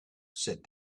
said